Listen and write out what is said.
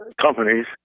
companies